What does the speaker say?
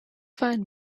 find